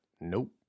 nope